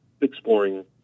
exploring